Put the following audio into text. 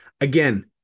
Again